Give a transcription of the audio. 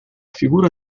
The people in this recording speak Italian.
figura